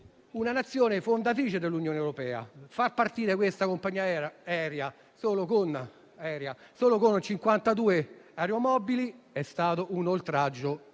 mia patria - fondatrice dell'Unione europea. Far partire questa compagnia aerea con soli 52 aeromobili è stato un oltraggio